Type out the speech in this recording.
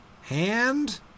hand